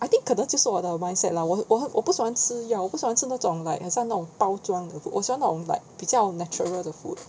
I think 可能就是我的 mind set lah 我很我不喜欢吃药不喜欢吃那种 like 好像那种包装的我喜欢那种 like 比较 natural 的 food